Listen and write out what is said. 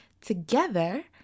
together